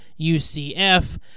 UCF